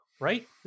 right